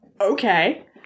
okay